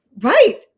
Right